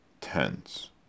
tense